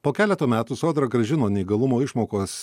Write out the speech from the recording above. po keleto metų sodra grąžino neįgalumo išmokos